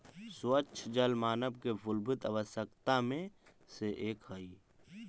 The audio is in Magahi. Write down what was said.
स्वच्छ जल मानव के मूलभूत आवश्यकता में से एक हई